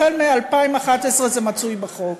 החל מ-2011 זה מצוי בחוק.